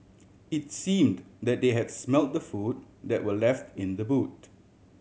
it's seemed that they had smelt the food that were left in the boot